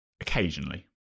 occasionally